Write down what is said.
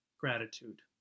gratitude